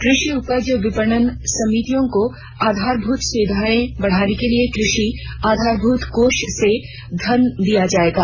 कृषि उपज विपणन समितियों को आधारभूत सुविधाएं बढ़ाने के लिए कृषि आधारभूत कोष से धन दिया जाएगा